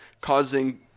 causing